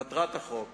מטרת החוק